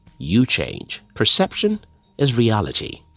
you change. perception is reality.